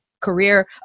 Career